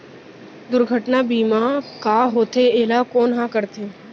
दुर्घटना बीमा का होथे, एला कोन ह करथे?